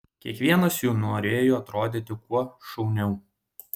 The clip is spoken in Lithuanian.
kiekvienas jų norėjo atrodyti kuo šauniau